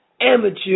amateur